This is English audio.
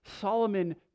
Solomon